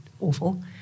awful